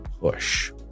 push